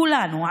כולנו,